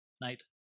night